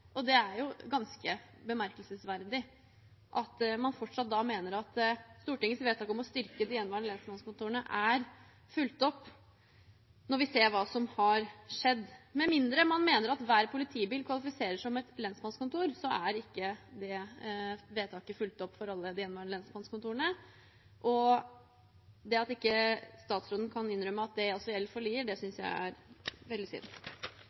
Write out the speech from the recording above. Det er ganske bemerkelsesverdig at man fortsatt mener at Stortingets vedtak om å styrke de gjenværende lensmannskontorene er fulgt opp, når vi ser hva som har skjedd. Med mindre man mener at hver politibil kvalifiserer som et lensmannskontor, er ikke det vedtaket fulgt opp for alle de gjenværende lensmannskontorene. At statsråden ikke kan innrømme at det også gjelder for Lier, synes jeg er veldig